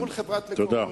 מול חברת "מקורות",